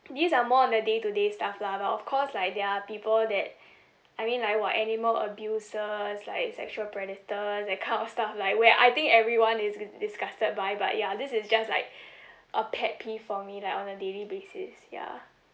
these are more on the day to day stuff lah but of course like there are people that I mean like [what] animal abusers like sexual predators that kind of stuff like where I think everyone is dis~ disgusted by but ya this is just like a pet peeve for me like on a daily basis ya